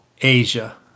Asia